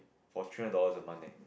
for three hundred dollars a month eh